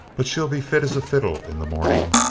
but she'll be fit as a fiddle in the morning.